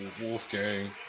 Wolfgang